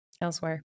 elsewhere